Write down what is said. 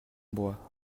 bois